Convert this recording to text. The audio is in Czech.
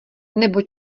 nebo